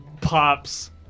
pops